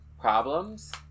problems